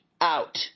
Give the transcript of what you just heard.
out